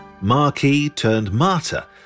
Marquis-turned-martyr